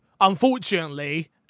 Unfortunately